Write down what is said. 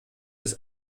bis